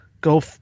Go